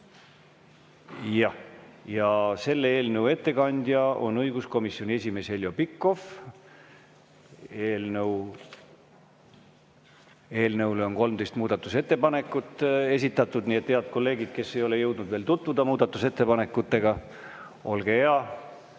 Selle ettekandja on õiguskomisjoni esimees Heljo Pikhof. Eelnõu kohta on 13 muudatusettepanekut esitatud. Nii et, head kolleegid, kes ei ole jõudnud veel tutvuda muudatusettepanekutega, olge head,